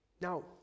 Now